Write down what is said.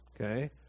okay